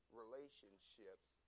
relationships